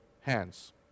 hands